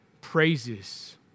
praises